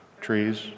trees